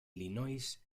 illinois